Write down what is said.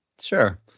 Sure